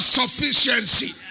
sufficiency